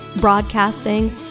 broadcasting